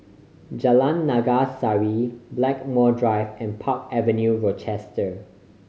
Jalan Naga Sari Blackmore Drive and Park Avenue Rochester